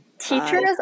teachers